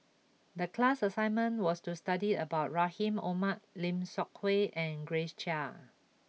the class assignment was to study about Rahim Omar Lim Seok Hui and Grace Chia